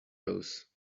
those